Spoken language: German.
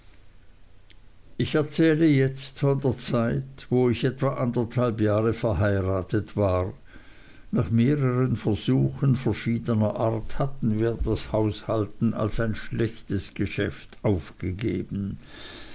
ich erzähle jetzt von der zeit wo ich etwa anderthalb jahre verheiratet war nach mehreren versuchen verschiedener art hatten wir das haushalten als ein schlechtes geschäft aufgegeben